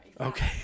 okay